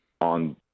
on